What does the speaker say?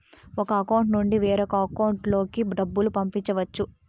ఒక అకౌంట్ నుండి వేరొక అకౌంట్ లోకి డబ్బులు పంపించవచ్చు